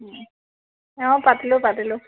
অঁ পাতিলোঁ পাতিলোঁ